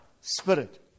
spirit